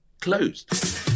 closed